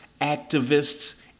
activists